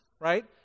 right